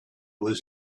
was